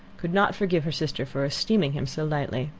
could not forgive her sister for esteeming him so lightly.